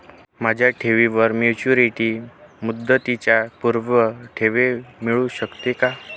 माझ्या ठेवीवर मॅच्युरिटी मुदतीच्या पूर्वी ठेव मिळू शकते का?